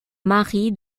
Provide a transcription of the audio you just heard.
mari